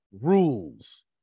rules